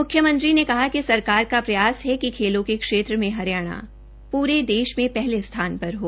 मुख्यमंत्री मनोहर लाल ने कहा कि सरकार का प्रयास है कि खेलों के क्षेत्र में हरियाणा पूरे देश में पहले स्थान पर हो